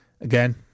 Again